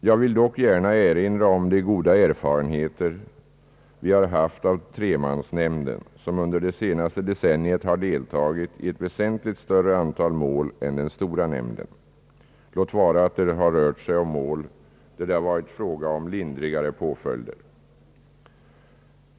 Jag vill dock gärna erinra om de goda erfarenheter vi har haft av tremansnämnden som under det senaste decenniet har deltagit i ett väsentligt större antal mål än den stora nämnden, låt vara att det har rört sig om mål där det har varit fråga om lindrigare påföljder.